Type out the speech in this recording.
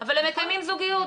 אבל הם מקיימים זוגיות.